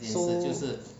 so